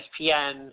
ESPN